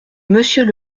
monsieur